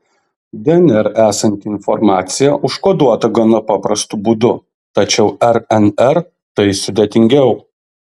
dnr esanti informacija užkoduota gana paprastu būdu tačiau rnr tai sudėtingiau